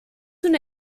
una